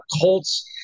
Colts